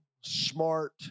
smart